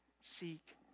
seek